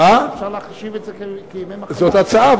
זאת ההצעה.